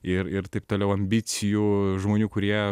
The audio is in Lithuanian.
ir ir taip toliau ambicijų žmonių kurie